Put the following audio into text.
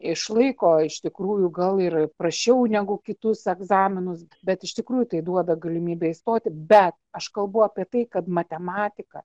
išlaiko iš tikrųjų gal ir prasčiau negu kitus egzaminus bet iš tikrųjų tai duoda galimybę įstoti bet aš kalbu apie tai kad matematika